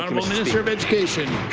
um ah minister of education.